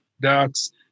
ducks